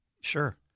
Sure